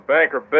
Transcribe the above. Banker